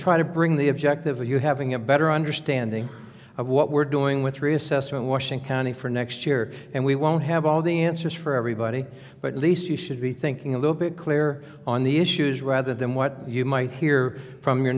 try to bring the objective of you having a better understanding of what we're doing with reassessment washing county for next year and we won't have all the answers for everybody but at least you should be thinking a little bit clearer on the issues rather than what you might hear from your